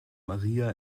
maria